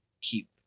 keep